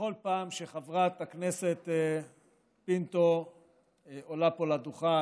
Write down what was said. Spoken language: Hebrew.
בכל פעם שחברת הכנסת פינטו עולה לדוכן,